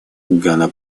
гана